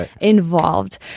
involved